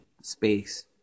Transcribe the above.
space